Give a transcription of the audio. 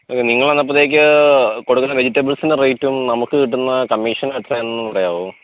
അത് നിങ്ങൾ അപ്പോഴത്തേക്ക് കൊടുക്കുന്ന വെജിറ്റബിൾസിന്റെ റേറ്റും നമുക്ക് കിട്ടുന്ന കമ്മീഷൻ എത്രെയെന്നും പറയാവോ